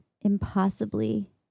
impossibly